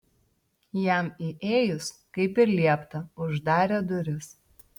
jam įėjus kaip ir liepta uždarė duris